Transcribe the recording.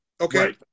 Okay